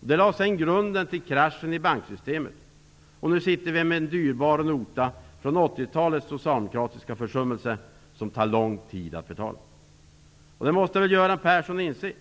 Det lade sedan grunden till kraschen i banksystemet. Nu sitter vi med en dyrbar nota från 80-talets socialdemokratiska försummelser som det tar lång tid att betala. Det måste väl Göran Persson inse.